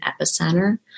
epicenter